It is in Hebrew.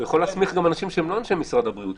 הוא יכול להסמיך גם אנשים שהם לא אנשי משרד הבריאות.